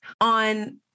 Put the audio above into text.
on